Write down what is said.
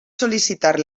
sol·licitar